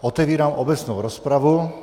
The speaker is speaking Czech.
Otevírám obecnou rozpravu.